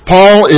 Paul